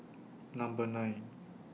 Number nine